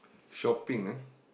shopping ah